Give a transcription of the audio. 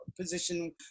position